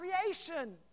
creation